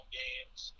games